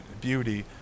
beauty